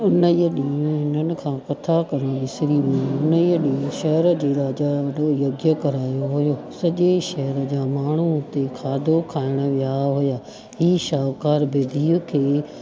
हुनई ॾींहुं हिननि खां कथा करणु विसरी वियो हुनई ॾींहुं शहर जे राजा वॾो यज्ञ करायो हुयो सॼे हेर जा माण्हू हुते खाधो खाइण विया हुआ ही शाहूकार बि धीअ खे